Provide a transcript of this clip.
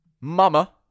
Mama